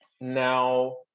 Now